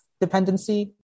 dependency